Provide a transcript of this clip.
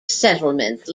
settlements